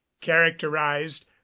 characterized